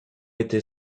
été